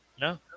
No